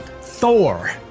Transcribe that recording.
thor